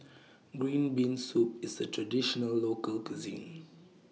Green Bean Soup IS A Traditional Local Cuisine